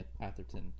Atherton